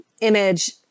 image